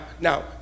Now